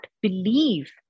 believe